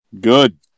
Good